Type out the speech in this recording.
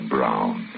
Brown